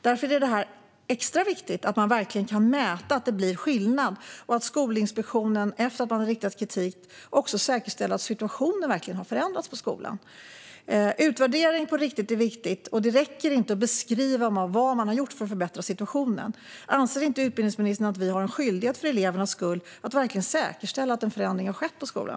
Därför är det extra viktigt att man verkligen kan mäta att det blir skillnad och att Skolinspektionen, efter att ha riktat kritik, också säkerställer att situationen verkligen har förändrats på skolan. Utvärdering på riktigt är viktigt, och det räcker inte att beskriva vad man har gjort för att förbättra situationen. Anser inte utbildningsministern att vi har en skyldighet för elevernas skull att verkligen säkerställa att en förändring har skett på skolan?